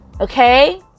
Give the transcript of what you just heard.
Okay